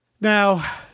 Now